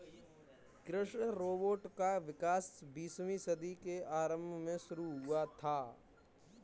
कृषि रोबोट का विकास बीसवीं सदी के आरंभ में शुरू हुआ था